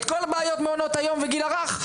את כל הבעיות במענות היום והגיל הרך?